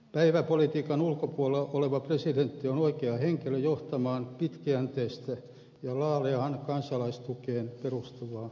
päivänpolitiikan ulkopuolella oleva presidentti on oikea henkilö johtamaan pitkäjänteistä ja laajaan kansalaistukeen perustuvaa ulkopolitiikkaa